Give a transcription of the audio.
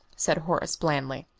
said horace, blandly.